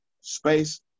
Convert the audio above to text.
space